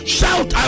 Shout